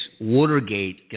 Watergate